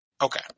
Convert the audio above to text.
Okay